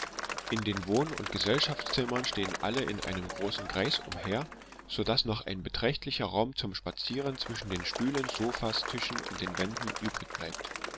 in den wohn und gesellschaftszimmern stehen alle in einem großen kreis umher so daß noch ein beträchtlicher raum zum spazieren zwischen den stühlen sofas tischen und den wänden übrig bleibt